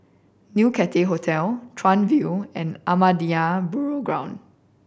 New Cathay Hotel Chuan View and Ahmadiyya Burial Ground